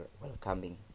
welcoming